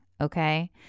Okay